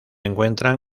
encuentran